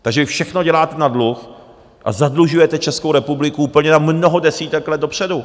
Takže vy všechno děláte na dluh a zadlužujete Českou republiku úplně na mnoho desítek let dopředu.